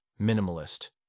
minimalist